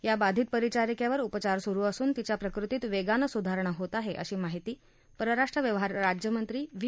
या बाधित परिचारिकेवर उपचार सुरू असून तिच्या प्रकृतीत वेगानं सुधारणा होत आहे अशी माहिती परराष्ट्र व्यवहार राज्यमंत्री व्ही